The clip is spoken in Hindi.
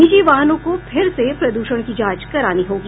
निजी वाहनों को फिर से प्रद्षण की जांच करानी होगी